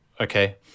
Okay